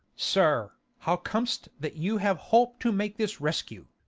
sir, how comes't that you have holp to make this rescue?